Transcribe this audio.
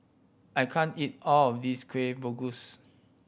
I can't eat all of this Kueh Bugis